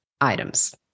items